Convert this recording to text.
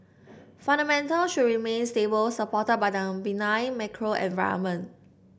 fundamental should remain stable supported by the benign macro environment